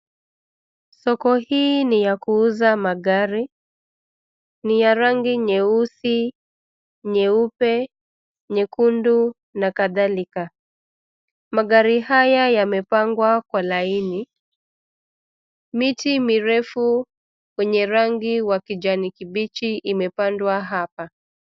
Soko hii ni ya kuuza magari, ni ya rangi nyeusi, nyeupe, nyekundu na kadhalika. Magari haya yamepangwa kwa laini. Miti mirefu yenye rangi wa kijani kibichi imepandwa hapa.